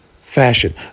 fashion